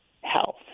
health